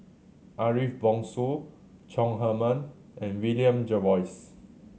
Ariff Bongso Chong Heman and William Jervois